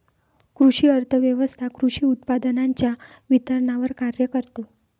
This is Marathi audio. कृषी अर्थव्यवस्वथा कृषी उत्पादनांच्या वितरणावर कार्य करते